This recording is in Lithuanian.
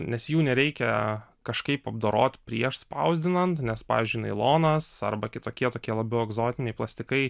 nes jų nereikia kažkaip apdorot prieš spausdinant nes pavyzdžiui nailonas arba kitokie tokie labiau egzotiniai plastikai